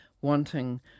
wanting